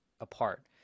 apart